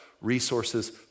resources